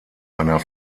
einer